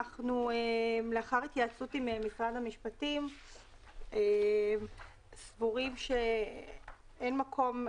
אנחנו לאחר התייעצות עם משרד המשפטים סבורים שאין מקום,